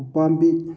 ꯎꯄꯥꯝꯕꯤ